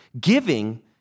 giving